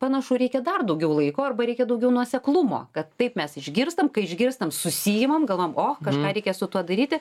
panašu reikia dar daugiau laiko arba reikia daugiau nuoseklumo kad taip mes išgirstam kai išgirstam susiimam galvojam o kažką reikia su tuo daryti